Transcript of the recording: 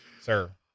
Sir